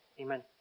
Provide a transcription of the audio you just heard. Amen